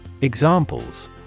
Examples